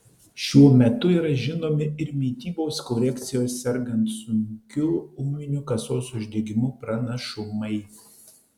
šiuo metu yra žinomi ir mitybos korekcijos sergant sunkiu ūminiu kasos uždegimu pranašumai